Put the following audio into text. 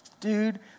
Dude